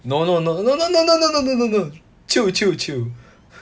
no no no no no no no no no no no chill chill chill